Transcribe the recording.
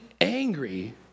angry